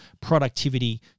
productivity